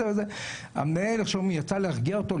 המנהל יצא להרגיע אותו.